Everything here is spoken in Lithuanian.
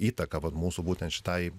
įtaką vat mūsų būtent šitai